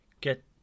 get